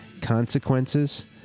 consequences